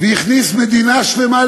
בנו לנהל את ענייני המדינה ושלחו אתכם לספסלים